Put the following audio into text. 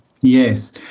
yes